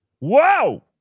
Wow